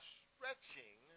stretching